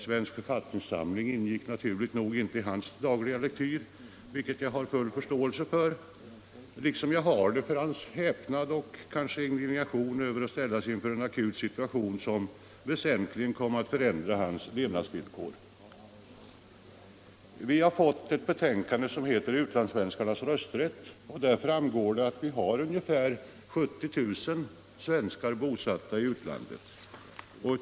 Svensk författningssamling ingick naturligt nog inte i hans dagliga lektyr, vilket jag har full förståelse för liksom jag har det för hans häpnad och hans indignation över att ställas inför en akut situation som väsentligen kom att förändra hans levnadsvillkor. Vi har fått ett betänkande som heter Utlandssvenskarnas rösträtt. Därav framgår att ungefär 70 000 svenskar är bosatta i utlandet.